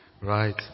Right